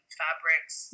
fabrics